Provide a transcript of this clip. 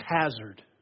hazard